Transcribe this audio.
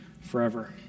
forever